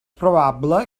probable